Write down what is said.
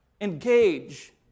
engage